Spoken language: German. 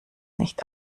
nicht